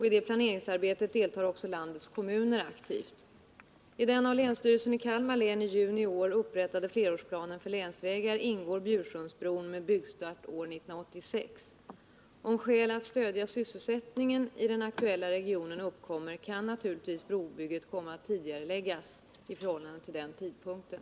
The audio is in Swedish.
I det planeringsarbetet deltar också landets kommuner aktivt. I den av länsstyrelsen i Kalmar län i juni i år upprättade flerårsplanen för länsvägar ingår Bjursundsbron med byggstart år 1986. Om skäl att stödja sysselsättningen i den aktuella regionen uppkommer, kan naturligtvis brobygget komma att tidigareläggas i förhållande till den tidpunkten.